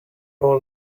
all